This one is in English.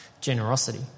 generosity